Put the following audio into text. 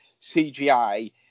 CGI